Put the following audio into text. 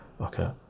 okay